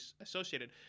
associated